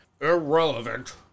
irrelevant